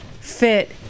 fit